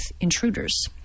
intruders